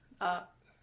up